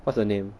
what's the name